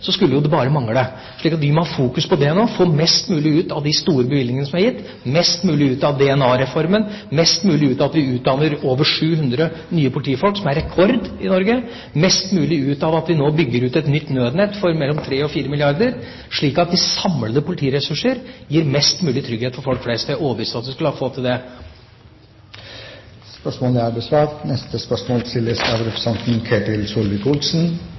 skulle det bare mangle. Vi må fokusere på å få mest mulig ut av de store bevilgningene som er gitt, mest mulig ut av DNA-reformen, mest mulig ut av at vi utdanner over 700 nye politifolk, som er rekord i Norge, mest mulig ut av at vi nå bygger ut et nytt nødnett for mellom 3 og 4 milliarder kr, slik at de samlede politiressursene gir mest mulig trygghet for folk flest. Jeg er overbevist om at vi skal klare å få til det.